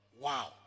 Wow